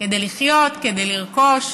כדי לחיות, כדי לרכוש